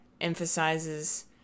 emphasizes